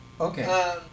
Okay